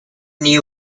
new